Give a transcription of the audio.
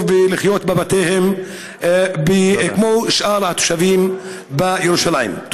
ולחיות בבתיהם כמו שאר התושבים בירושלים,